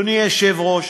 אדוני היושב-ראש,